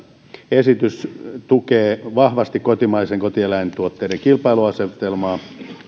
esitys tukee vahvasti kotimaisten kotieläintuotteiden kilpailuasetelmaa